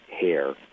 Hair